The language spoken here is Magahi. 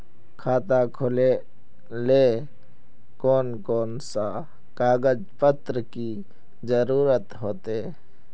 खाता खोलेले कौन कौन सा कागज पत्र की जरूरत होते?